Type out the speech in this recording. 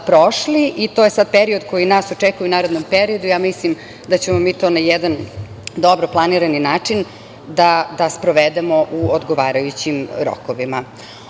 i to je sad period koji nas očekuje u narednom periodu. Ja mislim da ćemo mi to na jedan dobro planirani način da sprovedemo u odgovarajućim rokovima. Ono